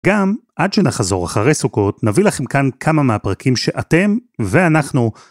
גם עד שנחזור אחרי סוכות, נביא לכם כאן כמה מהפרקים שאתם ואנחנו...